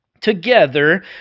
together